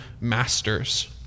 masters